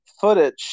footage